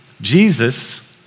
Jesus